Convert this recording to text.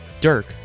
Dirk